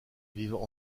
vivent